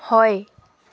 হয়